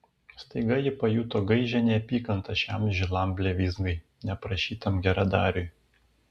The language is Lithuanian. staiga ji pajuto gaižią neapykantą šiam žilam blevyzgai neprašytam geradariui